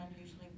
usually